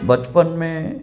बचपन में